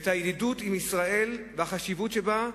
ואת הידידות עם ישראל והחשיבות שבה,